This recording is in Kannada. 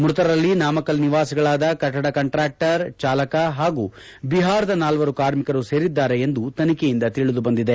ಮೃತರಲ್ಲಿ ನಾಮಕ್ಕಲ್ ನಿವಾಸಿಗಳಾದ ಕಟ್ಟಡ ಕಾಂಟ್ರ್ಟ್ಟರ್ ಚಾಲಕ ಹಾಗೂ ಬಿಹಾರದ ನಾಲ್ವರು ಕಾರ್ಮಿಕರು ಸೇರಿದ್ದಾರೆ ಎಂದು ತನಿಖೆಯಿಂದ ತಿಳಿದು ಬಂದಿದೆ